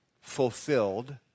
fulfilled